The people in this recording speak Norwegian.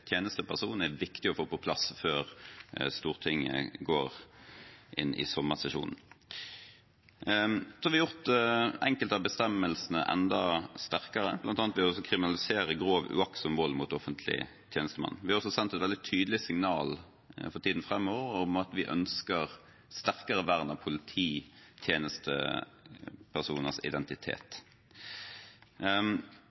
tjenesteperson er viktig å få på plass før Stortinget går inn i sommeren. Så har vi gjort enkelte av bestemmelsene enda sterkere, bl.a. ved å kriminalisere grov uaktsom vold mot offentlig tjenestemann. Vi har også sendt et veldig tydelig signal for tiden framover om at vi ønsker et sterkere vern av polititjenestepersoners identitet.